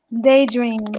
daydream